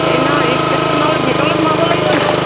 ট্ৰেইনৰ ষ্টেচনলৈ ভিতৰলৈ সোমাব লাগিব নেকি